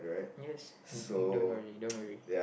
yes don't worry don't worry